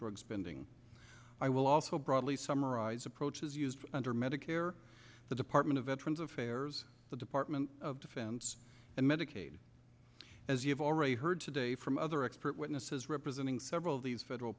drugs bending i will also broadly summarize approaches used under medicare the department of veterans affairs the department of fence and medicaid as you've already heard today from other expert witnesses representing several of these federal